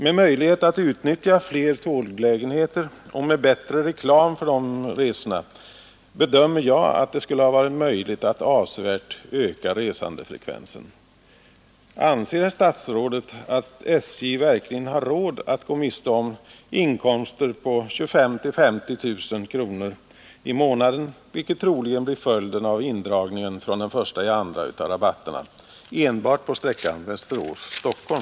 Med möjlighet att utnyttja flera tåglägenheter och med bättre reklam för de resorna bedömer jag att det skulle ha varit möjligt att avsevärt öka resandefrekvensen. Anser herr statsrådet att SJ verkligen har råd att gå miste om inkomster på 25 000-50 000 kronor i månaden — vilket troligen blir följden av indragningen av rabatterna från den 1 februari — enbart på sträckan Västerås—Stockholm?